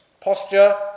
posture